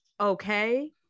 okay